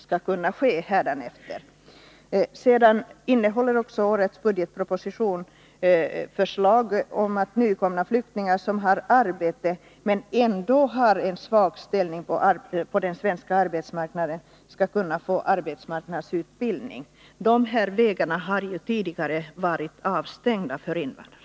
Årets budgetproposition innehåller också förslag om att nyanlända flyktingar som har arbete men ändå har en svag ställning på den svenska arbetsmarknaden skall kunna få arbetsmarknadsutbildning. De här vägarna har tidigare varit stängda för invandrare.